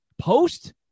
post